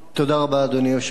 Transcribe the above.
אדוני היושב-ראש,